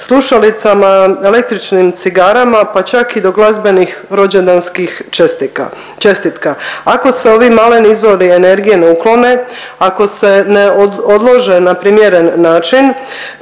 slušalicama, električnim cigarama, pa čak i do glazbenih rođendanskih čestitka. Ako se ovi maleni izvori energije ne uklone, ako se ne odlože na primjeren način,